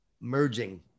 merging